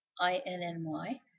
I-N-N-Y